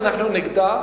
שאנחנו נגדה,